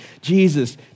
Jesus